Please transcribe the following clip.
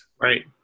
Right